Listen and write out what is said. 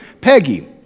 Peggy